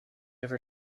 ever